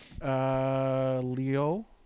Leo